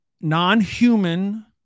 non-human